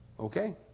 Okay